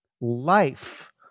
life